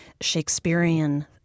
Shakespearean